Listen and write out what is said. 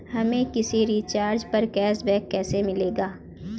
हमें किसी रिचार्ज पर कैशबैक कैसे मिलेगा?